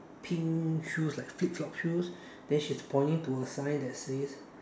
pink shoes like flip flop shoes then she is pointing to a sign that says